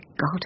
God